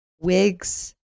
wigs